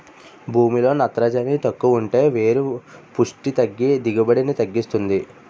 భూమిలో నత్రజని తక్కువుంటే వేరు పుస్టి తగ్గి దిగుబడిని తగ్గిస్తుంది